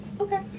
Okay